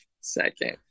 second